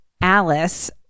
Alice